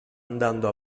andando